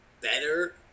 better